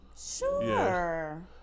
sure